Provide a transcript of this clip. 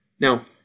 Now